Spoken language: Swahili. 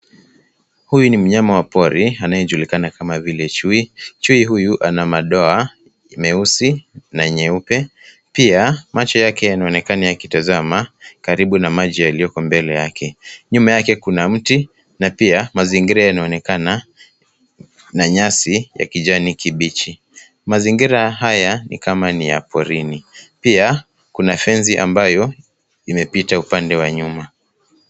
Huyu ni mnyama wa pori anayejulikana kama vile chui. Chui huyu ana madoadoa meusi na nyeupe, pia macho yake yanaonekana yakitazama karibu na maji yaliyoko mbele yake. Nyuma yake kuna mti na pia mazingira yanaonekana na nyasi ya kijani kibichi. Mazingira haya ni kama ni ya porini. Pia kuna fence ambayo imepita upande wa nyuma.